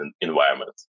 environment